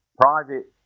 private